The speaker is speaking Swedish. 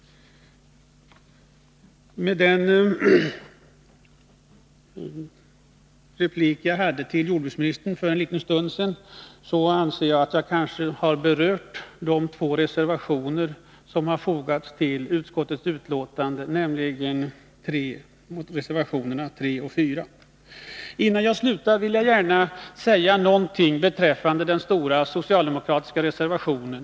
Med den replik jag riktade till jordbruksministern för en liten stund sedan har jag kanske berört reservationerna 3 och 4. Innan jag slutar vill jag säga någonting om den stora socialdemokratiska reservationen.